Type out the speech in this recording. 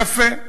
יפה.